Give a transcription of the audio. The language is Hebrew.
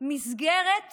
מסגרת חיים,